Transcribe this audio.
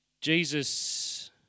Jesus